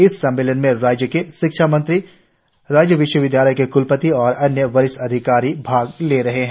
इस सम्मेलन में राज्यों के शिक्षा मंत्री राज्य विश्वविद्यालयों के क्लपति और अन्य वरिष्ठ अधिकारी भाग ले रहे है